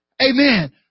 amen